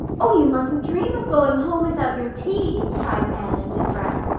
oh, you mustn't dream of going home without your tea, cried anne in distress.